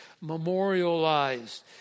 memorialized